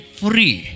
free